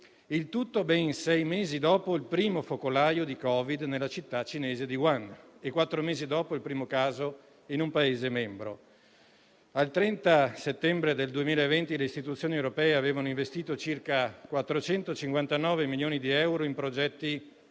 il tutto ben sei mesi dopo il primo focolaio di Covid nella città cinese di Wuhan e quattro mesi dopo il primo caso in un Paese membro. Al 30 settembre 2020 le istituzioni europee avevano investito circa 459 milioni di euro in progetti